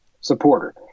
supporter